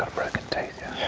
ah broken tooth.